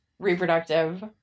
reproductive